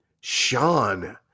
Sean